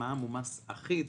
שמע"מ הוא מס אחיד,